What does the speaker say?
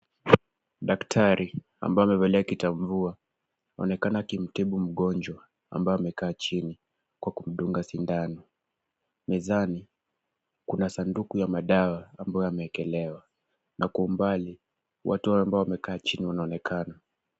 Daktari ambaye amevalia kitamvua, anaonekana akimtibu mgonjwa ambaye amekaa chini kwa kumdunga sindano. Mezani, kuna sanduku ya madawa ambayo yameekelewa na kwa umbali, watu ambao wamekaa chini wanaonekana.